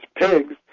pigs